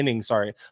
sorry